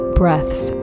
breaths